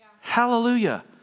Hallelujah